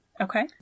Okay